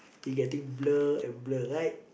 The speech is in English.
you getting blur and blur right